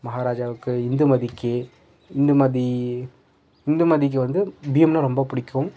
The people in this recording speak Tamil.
மகாராஜாவுக்கு இந்துமதிக்கு இந்துமதி இந்துமதிக்கு வந்து பீம்னால் ரொம்ப பிடிக்கும்